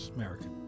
American